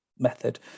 method